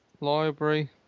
library